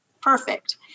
Perfect